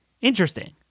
Interesting